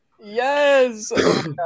Yes